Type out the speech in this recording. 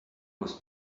was